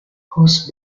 house